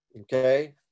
Okay